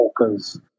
orcas